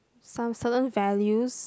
some certain values